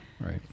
Right